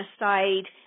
aside